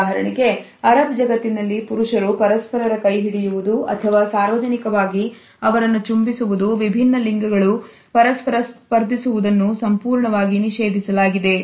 ಉದಾಹರಣೆಗೆ ಅರಬ್ ಜಗತ್ತಿನಲ್ಲಿ ಪುರುಷರು ಪರಸ್ಪರರ ಕೈಹಿಡಿಯುವುದು ಅಥವಾ ಸಾರ್ವಜನಿಕವಾಗಿ ಅವರನ್ನು ಚುಂಬಿಸುವುದು ವಿಭಿನ್ನ ಲಿಂಗಗಳು ಪರಸ್ಪರ ಸ್ಪರ್ಧಿಸುವುದನ್ನು ಸಂಪೂರ್ಣವಾಗಿ ನಿಷೇಧಿಸಲಾಗಿದೆ